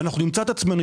ואנחנו נמצא את עצמנו,